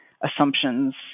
assumptions